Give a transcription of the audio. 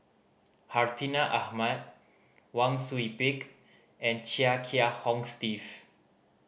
Hartinah Ahmad Wang Sui Pick and Chia Kiah Hong Steve